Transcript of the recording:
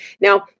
Now